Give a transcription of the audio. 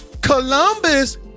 Columbus